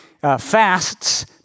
fasts